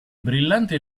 brillanti